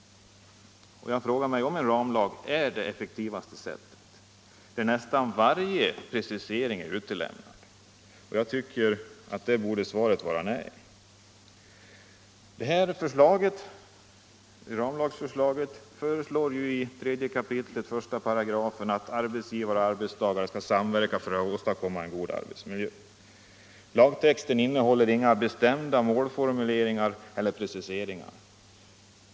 Och jag frågar mig om en ramlag där nästan varje precisering är utelämnad är det effektivaste sättet att råda bot på bristerna. Svaret borde vara nej. Ramlagsförslaget fastslår i 3 kap. 1 §: ”Arbetsgivare och arbetstagare skall samverka för att åstadkomma en god arbetsmiljö.” Lagtexten innehåller inga bestämda målformuleringar eller preciseringar.